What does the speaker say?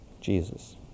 Jesus